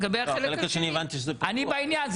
לגבי החלק השני הבנתי שזה אני בעניין,